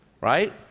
right